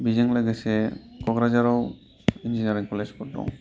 बिजों लोगोसे क'क्राझाराव इन्जिनियारिं कलेजफोर दं